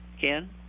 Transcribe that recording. Ken